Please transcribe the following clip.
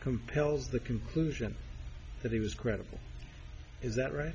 compels the conclusion that he was credible is that right